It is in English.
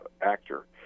actor